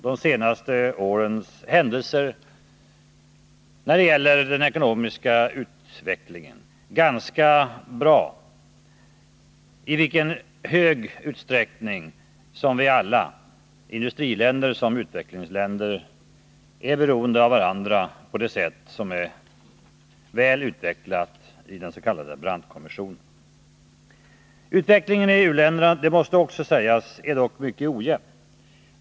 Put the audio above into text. De senaste årens händelser när det gäller den utvecklingen illustrerar också ganska bra i hur hög grad vi alla — industriländer och utvecklingsländer — är beroende av varandra. Det är väl utvecklat i den s.k. Brandtkommissionen. Utvecklingen i u-länderna — det måste också sägas är dock mycket ojämn.